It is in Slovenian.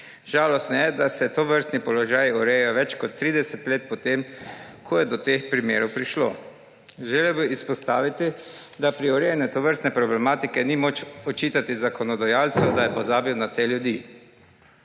Žalostno je, da se tovrstni položaji urejajo več kot 30 let po tem, ko je do teh primerov prišlo. Želel bi izpostaviti, da pri urejanju tovrstne problematike ni moč očitati zakonodajalcu, da je pozabljal na te ljudi.